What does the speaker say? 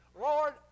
Lord